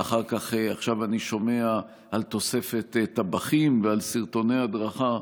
עכשיו אני שומע על תוספת טבחים ועל סרטוני הדרכה.